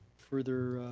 further